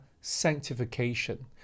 sanctification